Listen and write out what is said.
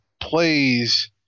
plays